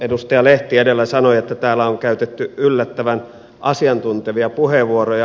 edustaja lehti edellä sanoi että täällä on käytetty yllättävän asiantuntevia puheenvuoroja